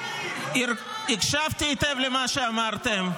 הקשבתי היטב למה שאמרתם.